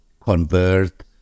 convert